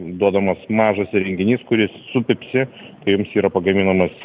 duodamas mažas įrenginys kuris supypsi kai jums yra pagaminamas